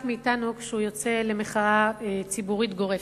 מאתנו כשהוא יוצא למחאה ציבורית גורפת.